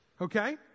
Okay